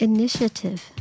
Initiative